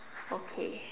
okay